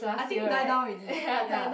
I think die down already ya